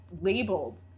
Labeled